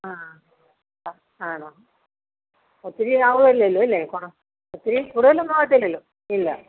ആ ആണോ ഒത്തിരി ആവില്ലല്ലോ അല്ലേ ഒത്തിരി കൂടുതലൊന്നും ആവത്തില്ലല്ലോ ഇല്ല